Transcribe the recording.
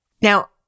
Now